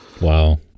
Wow